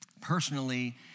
personally